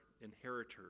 inheritors